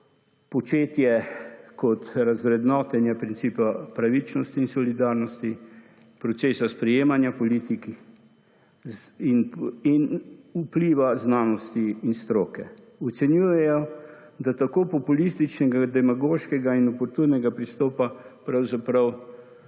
početje kot razvrednotenje principa pravičnosti in solidarnosti, procesa sprejemanja politikih in vpliva znanosti in stroke. Ocenjujejo, da tako populističnega, demagoškega in / nerazumljivo/ pristopa pravzaprav